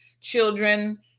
children